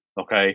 Okay